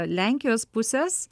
lenkijos pusės